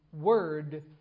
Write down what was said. Word